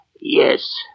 Yes